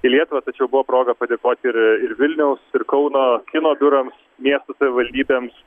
į lietuvą tačiau buvo proga padėkoti ir ir vilniaus ir kauno kino biurams miesto savivaldybėms